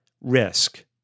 risk